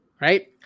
right